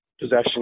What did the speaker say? possession